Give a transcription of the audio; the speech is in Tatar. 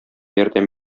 ярдәм